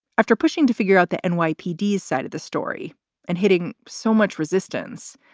after pushing to figure out the and nypd side of the story and hitting so much resistance.